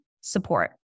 support